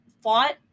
fought